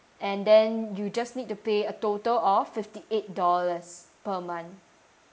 uh and then you'll just need to pay a total of fifty eight dollars per month